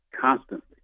constantly